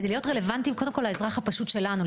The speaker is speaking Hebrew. כדי להיות רלוונטיים קודם כל לאזרח הפשוט שלנו.